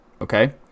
okay